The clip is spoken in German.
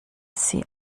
sie